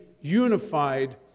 unified